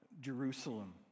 Jerusalem